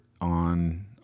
on